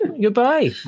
goodbye